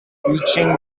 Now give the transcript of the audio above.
reaching